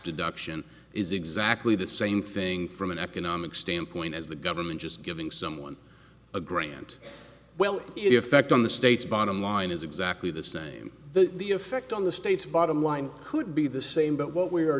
deduction is exactly the same thing from an economic standpoint as the government just giving someone a grant well if ect on the state's bottom line is exactly the same the the effect on the state's bottom line could be the same but what we are